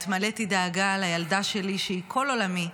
התמלאתי דאגה על הילדה שלי שהיא כל עולמי,